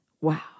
wow